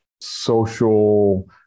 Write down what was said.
social